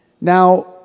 Now